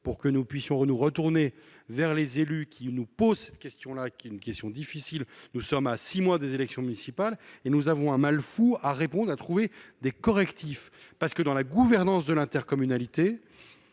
pour que nous puissions renoue retourner vers les élus qui nous pose cette question là qui est une question difficile, nous sommes à 6 mois des élections municipales et nous avons un mal fou à répondent à trouver des correctifs parce que dans la gouvernance de l'intercommunalité,